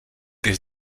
des